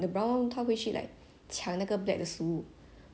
the bla~ the brown [one] become very very very obese